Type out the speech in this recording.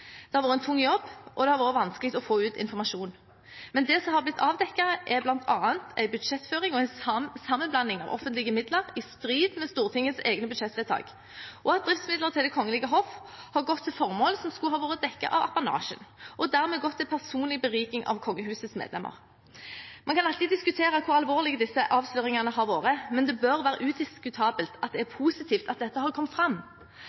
Det har vært en tung jobb, og det har vært vanskelig å få ut informasjon. Men det som har blitt avdekket, er bl.a. en budsjettføring og en sammenblanding av offentlige midler i strid med Stortingets egne budsjettvedtak, og at driftsmidler til Det kongelige hoff har gått til formål som skulle ha vært dekket av apanasjen, og dermed gått til personlig berikelse av kongehusets medlemmer. Man kan alltid diskutere hvor alvorlig disse avsløringene har vært, men det bør være udiskutabelt at det er positivt at dette har kommet fram.